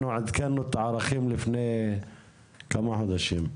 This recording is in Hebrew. אנחנו עדכנו את הערכים לפני כמה חודשים.